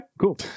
cool